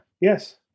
Yes